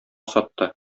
сатты